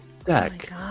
Zach